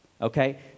okay